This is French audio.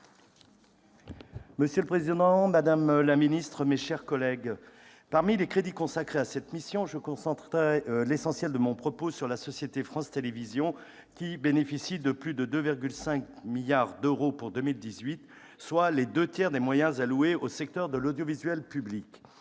Monsieur le président, madame la ministre, mes chers collègues, parmi les crédits consacrés à cette mission, je concentrerai l'essentiel de mon propos sur la société France Télévisions, qui bénéficie de plus de 2,5 milliards d'euros pour 2018, soit les deux tiers des moyens alloués au secteur de l'audiovisuel public.